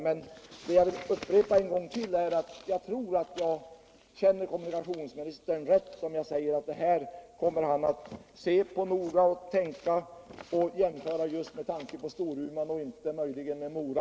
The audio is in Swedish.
Men jag vill upprepa att jag tror att jag känner kommunikationsministern rätt om jag säger att det här kommer han att se noga på och jämföra de gamla och de nya förhållandena just med tanke på Kiruna och kanske inte med Mora.